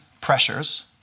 pressures